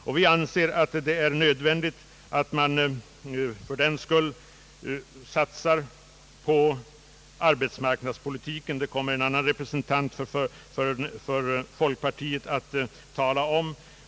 Vi anser fördenskull att det är nödvändigt att satsa på arbetsmarknadspolitiken. Detta kommer en annan representant för folkpartiet senare att tala om.